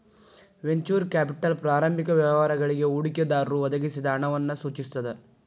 venture capital ಪ್ರಾರಂಭಿಕ ವ್ಯವಹಾರಗಳಿಗಿ ಹೂಡಿಕೆದಾರರು ಒದಗಿಸಿದ ಹಣವನ್ನ ಸೂಚಿಸ್ತದ